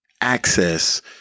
access